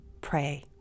pray